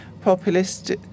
populist